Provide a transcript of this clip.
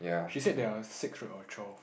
she said there're six right or twelve